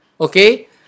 Okay